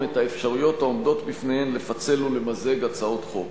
את האפשרויות העומדות בפניהן לפצל ולמזג הצעות חוק.